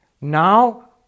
Now